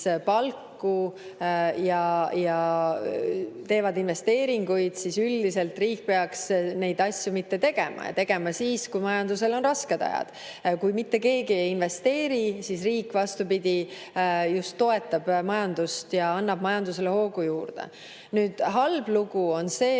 palku ja teevad investeeringuid, siis üldiselt riik peaks neid asju mitte tegema. Ta peaks neid tegema siis, kui majandusel on rasked ajad. Kui mitte keegi ei investeeri, siis riik, vastupidi, toetab majandust ja annab majandusele hoogu juurde. Halb lugu on see,